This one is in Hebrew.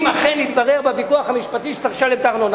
אם אכן יתברר בוויכוח המשפטי שצריך לשלם את הארנונה?